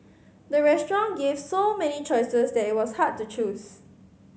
the restaurant gave so many choices that it was hard to choose